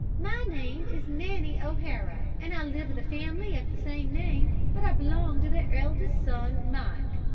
my name is nanny o'hara and i live with a family of the same name but i belong to their eldest son, mike.